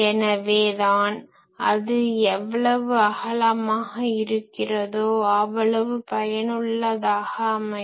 எனவே தான் அது எவ்வளவு அகலமாக இருக்கிறதோ அவ்வளவு பயனுள்ளதாக அமையும்